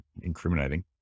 incriminating